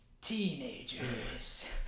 teenagers